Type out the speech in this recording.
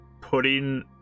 putting